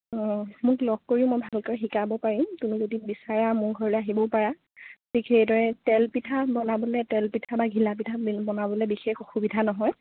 অঁ মোক লগ কৰি মই ভালকৈ শিকাব পাৰিম তুমি যদি বিচাৰা মোৰ ঘৰলৈ আহিবও পাৰা ঠিক সেইদৰে তেলপিঠা বনাবলৈ তেলপিঠা বা ঘিলাপিঠা বনাবলৈ বিশেষ অসুবিধা নহয়